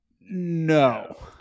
No